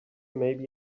maybe